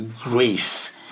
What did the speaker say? grace